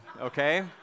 okay